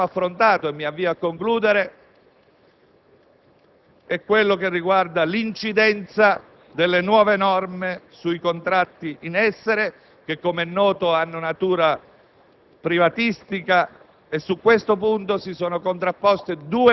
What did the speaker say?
Il punto critico che abbiamo affrontato - mi avvio a concludere - riguarda l'incidenza delle nuove norme sui contratti in essere, che, com'è noto, hanno natura